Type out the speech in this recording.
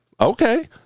okay